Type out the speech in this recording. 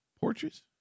Portraits